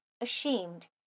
Ashamed